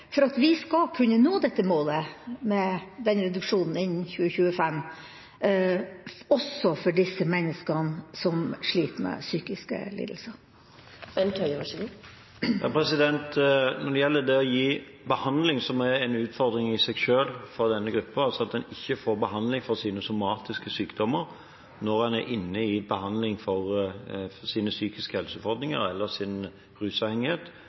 for at vi skal kunne nå dette målet, den reduksjonen, innen 2025 også for disse menneskene som sliter med psykiske lidelser? Når det gjelder det å gi behandling, som er en utfordring i seg selv, for denne gruppen – altså at en ikke får behandling for sine somatiske sykdommer når en er inne i behandling for sine psykiske helseutfordringer eller for sin rusavhengighet